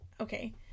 okay